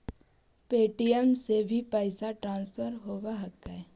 Paytm से भी पैसा ट्रांसफर होवहकै?